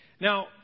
Now